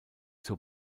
zur